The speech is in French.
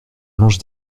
mange